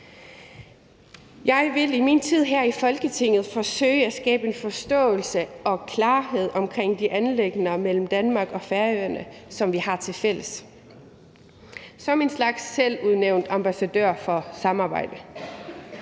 Jeg vil i min tid her i Folketinget forsøge at skabe en forståelse for og klarhed over de anliggender mellem Danmark og Færøerne, som vi har tilfælles, som en slags selvudnævnt ambassadør for samarbejde.